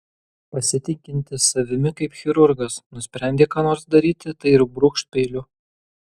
pasitikintis savimi kaip chirurgas nusprendė ką nors daryti tai ir brūkšt peiliu